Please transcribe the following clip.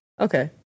Okay